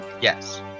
yes